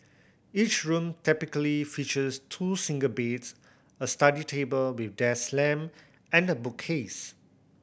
each room typically features two single beds a study table with desk lamp and a bookcase